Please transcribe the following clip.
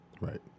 Right